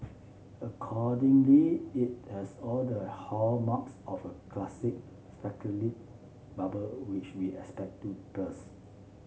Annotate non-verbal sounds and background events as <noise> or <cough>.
accordingly it has all the hallmarks of a classic <unintelligible> bubble which we expect to burst